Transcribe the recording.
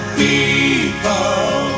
people